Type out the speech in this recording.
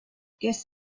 guess